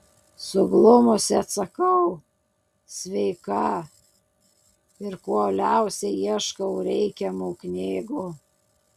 suglumusi atsakau sveika ir kuo uoliausiai ieškau reikiamų knygų